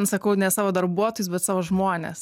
sakau ne savo darbuotojus bet savo žmones